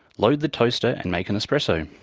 load the toaster and make an espresso.